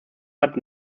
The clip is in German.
hat